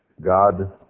God